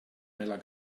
nella